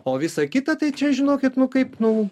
o visą kitą tai čia žinokit nu kaip nu